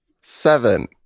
Seven